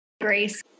Grace